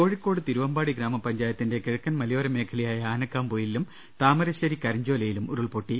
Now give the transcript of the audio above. കോഴിക്കോട് തിരുവമ്പാടി ഗ്രാമപഞ്ചായത്തിന്റെ കിഴക്കൻ മല യോര മേഖലയായ ആനക്കാംപൊയിലിലും താമരശ്ശേരി കരിഞ്ചോ ലയിലും ഉരുൾപൊട്ടി